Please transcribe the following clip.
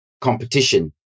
competition